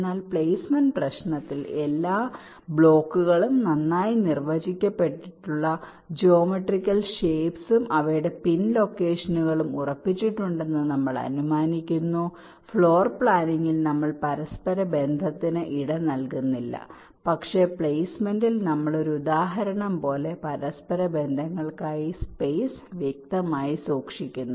എന്നാൽ പ്ലെയ്സ്മെന്റ് പ്രശ്നത്തിൽ എല്ലാ ബ്ലോക്കുകളിലും നന്നായി നിർവചിച്ചിട്ടുള്ള ജോമെട്രിക്കൽ ഷേപ്പ്സും അവയുടെ പിൻ ലൊക്കേഷനുകളും ഉറപ്പിച്ചിട്ടുണ്ടെന്ന് നമ്മൾ അനുമാനിക്കുന്നു ഫ്ലോർ പ്ലാനിംഗിൽ നമ്മൾ പരസ്പരബന്ധത്തിന് ഇടം നൽകുന്നില്ല പക്ഷേ പ്ലെയ്സ്മെന്റിൽ നമ്മൾ ഒരു ഉദാഹരണം പോലെ പരസ്പരബന്ധങ്ങൾക്കായി സ്പേസ് വ്യക്തമായി സൂക്ഷിക്കുന്നു